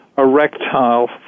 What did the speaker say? Erectile